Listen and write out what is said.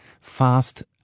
fast